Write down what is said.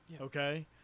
Okay